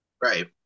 Right